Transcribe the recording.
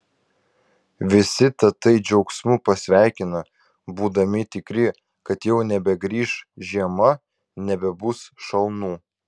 visi tatai džiaugsmu pasveikina būdami tikri kad jau nebegrįš žiema nebebus šalnų